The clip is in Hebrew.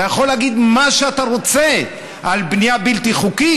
אתה יכול להגיד מה שאתה רוצה על בנייה בלתי חוקית.